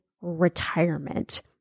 retirement